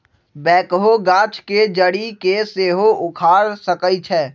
backhoe गाछ के जड़ी के सेहो उखाड़ सकइ छै